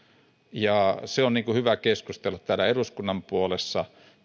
tämä vesivoimakysymys on hyvä keskustella täällä eduskunnan puolessa